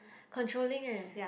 controlling eh